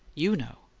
you know!